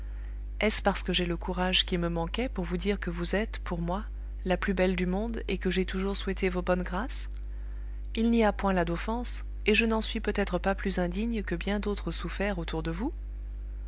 est-ce parce que j'ai le courage qui me manquait pour vous dire que vous êtes pour moi la plus belle du monde et que j'ai toujours souhaité vos bonnes grâces il n'y a point là d'offense et je n'en suis peut-être pas plus indigne que bien d'autres soufferts autour de vous